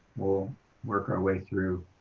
we'll work our way through